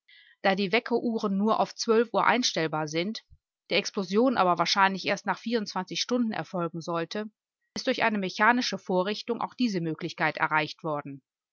da die weckeruhren nur auf zwölf stunden einstellbar sind die explosion aber wahrscheinlich erst nach vierundzwanzig stunden erfolgen sollte ist durch eine mechanische vorrichtung auch diese möglichkeit erreicht worden